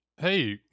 Hey